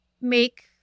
make